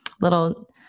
little